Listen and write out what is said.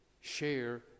share